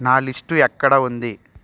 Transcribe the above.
నా లిస్టు ఎక్కడ ఉంది